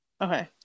Okay